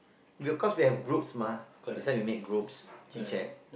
because we have group mah that's why you make groups chit-chat